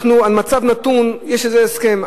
על מצב נתון יש איזה הסכם,